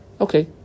Okay